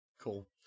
Cool